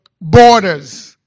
borders